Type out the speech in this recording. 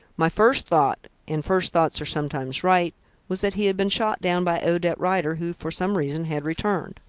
my first thought and first thoughts are sometimes right was that he had been shot down by odette rider, who for some reason had returned.